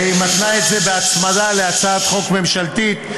והיא מתנה את זה בהצמדה להצעת חוק ממשלתית.